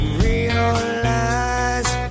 realize